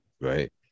right